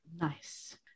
Nice